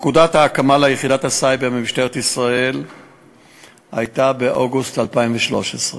1. פקודת ההקמה של יחידת הסייבר במשטרת ישראל הייתה באוגוסט 2013,